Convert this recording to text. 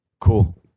cool